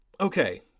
Okay